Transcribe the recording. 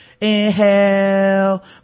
Inhale